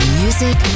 music